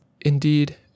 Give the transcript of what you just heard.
Indeed